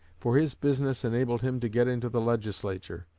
for his business enabled him to get into the legislature.